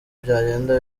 byagenda